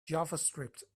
javascript